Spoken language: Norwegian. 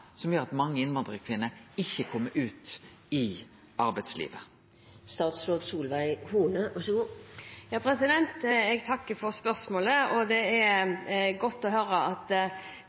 at mange innvandrarkvinner ikkje kjem seg ut i arbeidslivet. Jeg takker for spørsmålet, og det er godt å høre at